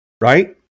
right